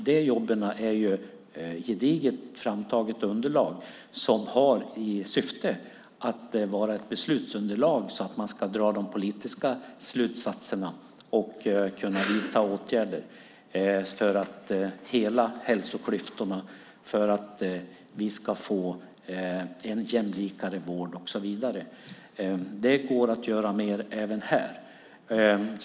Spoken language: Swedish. De jobben utgör ett gediget framtaget beslutsunderlag så att det går att dra politiska slutsatser och vidta åtgärder för att hela hälsoklyftorna så att vi ska få en jämlikare vård. Det går att göra mer även här.